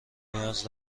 نیاز